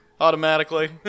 automatically